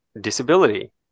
disability